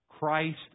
Christ